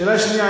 שאלה שנייה,